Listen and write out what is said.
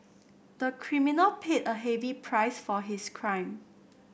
the criminal paid a heavy price for his crime